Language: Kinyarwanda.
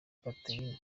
catherine